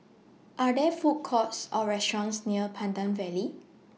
Are There Food Courts Or restaurants near Pandan Valley